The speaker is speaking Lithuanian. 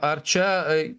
ar čia